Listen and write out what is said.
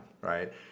right